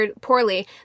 poorly